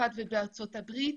בצרפת ובארצות הברית,